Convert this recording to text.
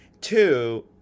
two